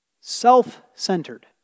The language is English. Self-centered